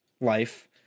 life